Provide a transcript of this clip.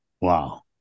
Wow